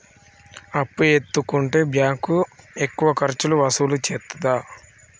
అప్పు ఎత్తుకుంటే బ్యాంకు ఎక్కువ ఖర్చులు వసూలు చేత్తదా?